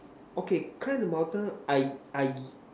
okay climb the mountain I I